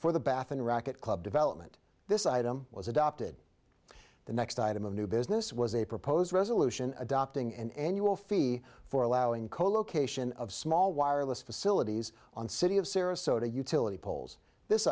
for the bath and racket club development this item was adopted the next item of new business was a proposed resolution adopting an annual fee for allowing co location of small wireless facilities on city of sarasota utility poles this